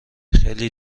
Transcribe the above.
خیلی